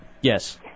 Yes